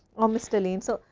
um mr. lane. so,